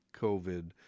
COVID